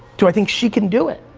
do i think she can do it?